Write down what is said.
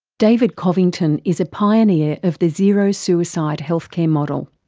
david covington is a pioneer of the zero suicide healthcare model.